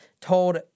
told